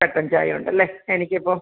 കട്ടൻ ചായ ഉണ്ടല്ലേ എനിക്ക് ഇപ്പോൾ